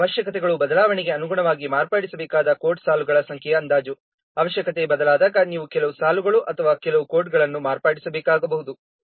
ನಂತರ ಅವಶ್ಯಕತೆಗಳು ಬದಲಾವಣೆಗೆ ಅನುಗುಣವಾಗಿ ಮಾರ್ಪಡಿಸಬೇಕಾದ ಕೋಡ್ನ ಸಾಲುಗಳ ಸಂಖ್ಯೆಯ ಅಂದಾಜು ಅವಶ್ಯಕತೆ ಬದಲಾದಾಗ ನೀವು ಕೆಲವು ಸಾಲುಗಳನ್ನು ಅಥವಾ ಕೆಲವು ಕೋಡ್ಗಳನ್ನು ಮಾರ್ಪಡಿಸಬೇಕಾಗಬಹುದು